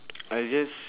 I just